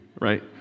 right